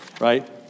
Right